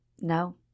no